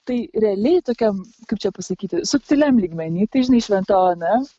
tai realiai tokiam kaip čia pasakyti subtiliam lygmeny tai žinai šventa ona